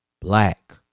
black